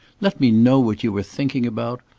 let me know what you are thinking about!